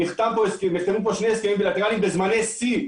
נחתמו כאן שני הסכמים בילטרליים בזמני שיא,